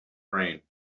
train